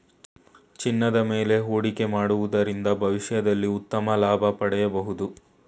ಚಿನ್ನದ ಮೇಲೆ ಹೂಡಿಕೆ ಮಾಡುವುದರಿಂದ ಭವಿಷ್ಯದಲ್ಲಿ ಉತ್ತಮ ಲಾಭ ಪಡೆಯಬಹುದು